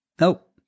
Nope